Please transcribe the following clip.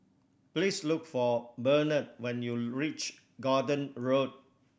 please look for Bernard when you reach Gordon Road